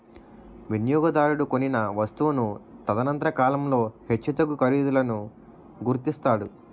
వినియోగదారుడు కొనిన వస్తువును తదనంతర కాలంలో హెచ్చుతగ్గు ఖరీదులను గుర్తిస్తాడు